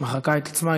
מחקה את עצמה.